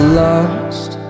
lost